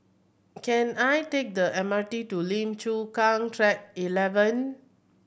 can I take the M R T to Lim Chu Kang Track Eleven